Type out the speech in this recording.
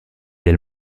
del